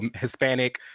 Hispanic